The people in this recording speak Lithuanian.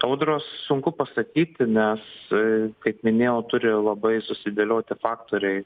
audros sunku pasakyti nes kaip minėjau turi labai susidėlioti faktoriai